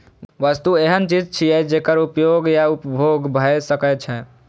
वस्तु एहन चीज छियै, जेकर उपयोग या उपभोग भए सकै छै